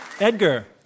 Edgar